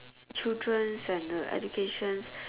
children and uh educations